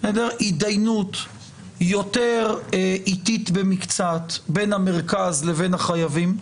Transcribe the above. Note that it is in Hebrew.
התדיינות יותר איטית במקצת בין המרכז לבין החייבים,